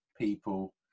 people